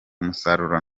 umusaruro